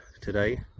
today